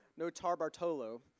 Notarbartolo